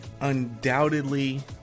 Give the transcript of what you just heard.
undoubtedly